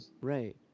Right